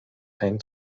ein